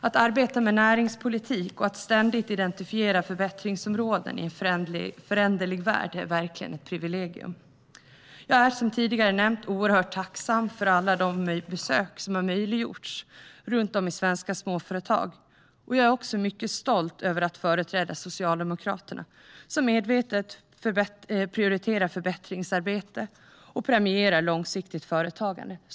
Att arbeta med näringspolitik och att ständigt identifiera förbättringsområden i en föränderlig värld är verkligen ett privilegium. Jag är som tidigare nämnts oerhört tacksam för alla de besök som har möjliggjorts runt om i svenska småföretag. Jag är också mycket stolt över att företräda Socialdemokraterna, som medvetet prioriterar förbättringsarbete och premierar långsiktigt företagande.